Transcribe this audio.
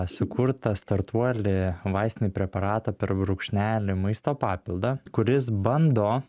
sukurtą startuolį vaistinį preparatą per brūkšnelį maisto papildą kuris bando